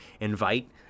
invite